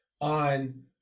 on